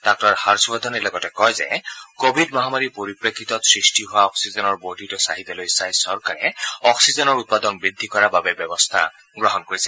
ডাঃ হৰ্যবৰ্ধনে লগতে কয় যে কোৱিড মহামাৰীৰ পৰিপ্ৰেক্ষিতত সৃষ্টি হোৱা অক্সিজেনৰ বৰ্ধিত চাহিদালৈ চাই চৰকাৰে অস্সিজেনৰ উৎপাদন বদ্ধি কৰাৰ বাবে ব্যৱস্থা গ্ৰহণ কৰিছে